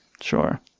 Sure